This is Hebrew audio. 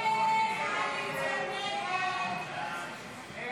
הסתייגות 128 לא